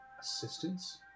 assistance